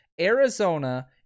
Arizona